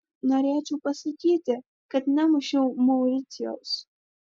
norėčiau pasakyti kad nemušiau mauricijaus